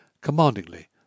commandingly